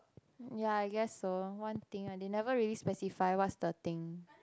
ya I guess so one thing they never really specify what's the thing